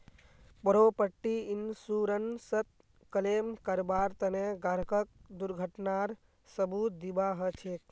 property इन्शुरन्सत claim करबार तने ग्राहकक दुर्घटनार सबूत दीबा ह छेक